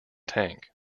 tank